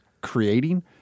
creating